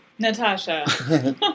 Natasha